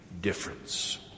difference